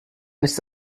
nichts